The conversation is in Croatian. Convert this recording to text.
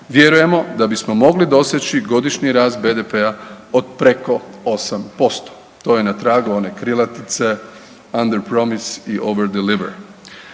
vjerujemo da bismo mogli doseći godišnji rast BDP-a od preko 8%. To je na tragu one krilatice „Under promise over deliver“.